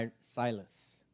Silas